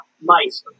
mice